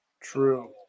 True